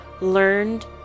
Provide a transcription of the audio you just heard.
learned